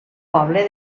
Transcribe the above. poble